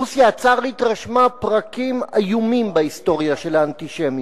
רוסיה הצארית רשמה פרקים איומים בהיסטוריה של האנטישמיות,